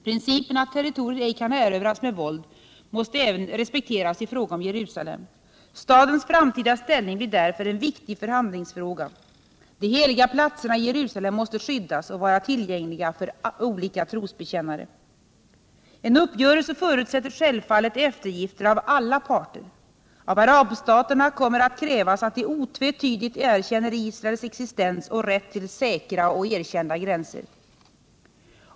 Principen att territorier ej kan erövras med våld måste även respekteras i fråga om Jerusalem. Stadens framtida ställning blir därför en viktig förhandlingsfråga. De heliga platserna i Jerusalem måste skyddas och vara tillgängliga för olika trosbekännare. En uppgörelse förutsätter självfallet eftergifter av alla parter. Av arabstaterna kommer att krävas att de otvetydigt erkänner Israels existens och rätt till säkra och erkända gränser.